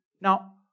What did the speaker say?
Now